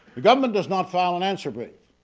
the government does not file an answer brief.